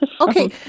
Okay